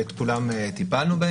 ובכולם טיפלנו.